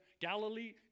Galilee